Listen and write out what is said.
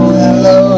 hello